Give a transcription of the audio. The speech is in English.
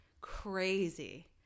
Crazy